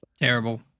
Terrible